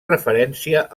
referència